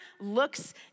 looks